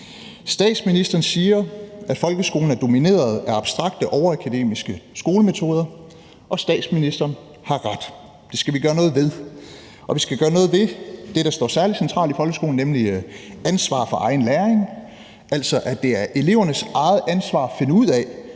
Statsministeren siger, at folkeskolen er domineret af abstrakte overakademiske skolemetoder, og statsministeren har ret. Det skal vi gøre noget ved. Og vi skal gøre noget ved det, der står særlig centralt i folkeskolen, nemlig ansvar for egen læring, altså at det er elevernes eget ansvar at finde ud af,